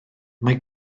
mae